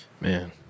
Man